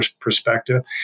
perspective